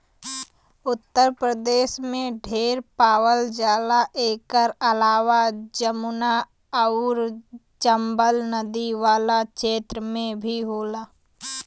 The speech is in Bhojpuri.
उत्तर प्रदेश में ढेर पावल जाला एकर अलावा जमुना आउर चम्बल नदी वाला क्षेत्र में भी होला